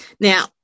Now